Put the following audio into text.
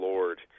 Lord